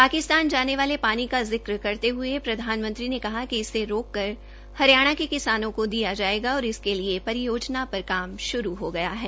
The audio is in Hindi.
पाकिस्तान जाने वाले पानी का जिक्र करते हये प्रधानमंत्री ने कहा कि इसे रोक कर हरियाणा के किसानों को दिश जायेगा और इसके लिए परियोजना पर काम श्रू हो गया है